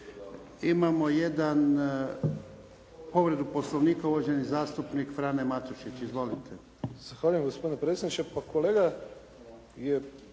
Imamo jednu povredu Poslovnika uvaženi zastupnik Frane Matušić. Izvolite. **Matušić, Frano (HDZ)** Zahvaljujem gospodine predsjedniče. Pa kolega je